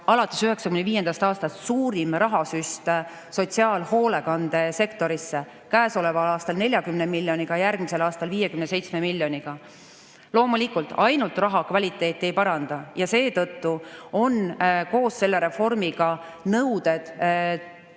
alates 1995. aastast suurim rahasüst sotsiaalhoolekandesektorisse: käesoleval aastal 40 miljonit, järgmisel aastal 57 miljonit. Loomulikult, ainult raha kvaliteeti ei paranda. Seetõttu näeb see reform ette nõuded